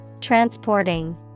transporting